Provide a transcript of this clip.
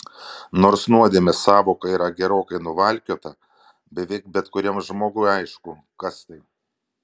nors nuodėmės sąvoka yra gerokai nuvalkiota beveik bet kuriam žmogui aišku kas tai